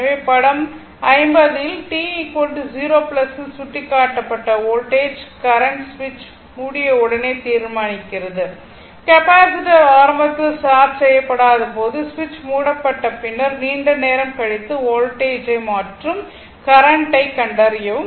எனவே படம் 50 ல் t 0 இல் சுட்டிக்காட்டப்பட்ட வோல்டேஜ் கரண்ட் சுவிட்ச் மூடிய உடனேயே தீர்மானிக்கிறது கெப்பாசிட்டர் ஆரம்பத்தில் சார்ஜ் செய்யப்படாத போது சுவிட்ச் மூடப்பட்ட பின்னர் நீண்ட நேரம் கழித்து வோல்டேஜ் ஐ மற்றும் கரண்ட் ஐ கண்டறியவும்